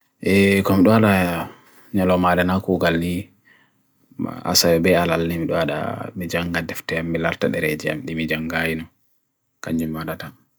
E kumdwara nyalomara na koo kalli asa e be'a lalim dwada mejanga defteya me lalta nere jyem di mejanga, kanjim wadata.